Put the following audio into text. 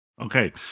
Okay